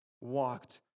walked